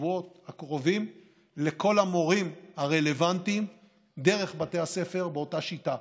בשבועות הקרובים לכל המורים הרלוונטיים דרך בתי הספר באותה שיטה,